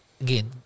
again